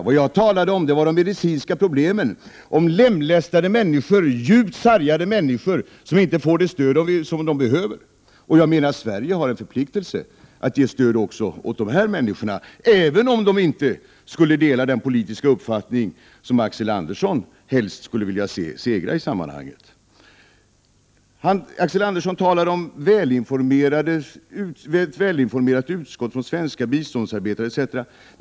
Vad jag talade om var de medicinska problemen, om lemlästade människor, djupt sargade människor, som inte får det stöd som de behöver. Jag menar att Sverige har en förpliktelse att ge stöd också till dessa människor, även om de inte skulle dela den politiska uppfattning som Axel Andersson helst skulle vilja se segra i sammanhanget. Axel Andersson talade om ett välinformerat utskott och svenska biståndsarbetare, etc.